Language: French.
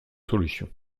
solution